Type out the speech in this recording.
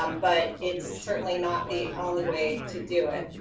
um but it's certainly not the only way to do it.